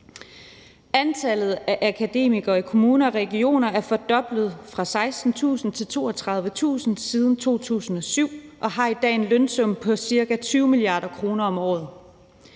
Antallet af akademikere i kommuner og regioner er fordoblet fra 16.000 til 32.000 siden 2007, og der er i dag en lønsum på ca. 20 mia. kr. om året.